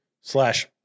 slash